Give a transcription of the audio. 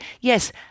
yes